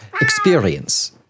experience